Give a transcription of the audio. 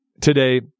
today